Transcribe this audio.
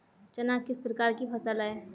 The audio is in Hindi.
चना किस प्रकार की फसल है?